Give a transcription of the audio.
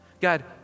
God